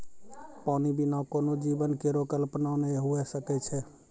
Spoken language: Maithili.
पानी बिना कोनो जीवन केरो कल्पना नै हुए सकै छै?